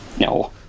No